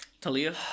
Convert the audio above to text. Talia